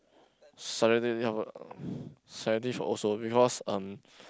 sensitive sensitive also because um